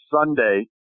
Sunday